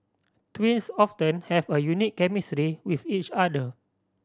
twins often have a unique chemistry with each other